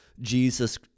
Jesus